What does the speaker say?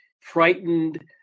frightened